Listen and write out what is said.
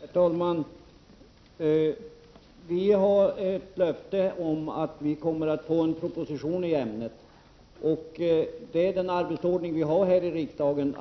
Herr talman! Vi har ett löfte om att vi kommer att få en proposition i ämnet. Den arbetsordning vi har här i riksdagen